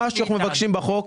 מה שאנחנו מבקשים בחוק,